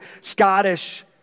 Scottish